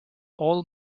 all